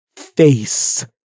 face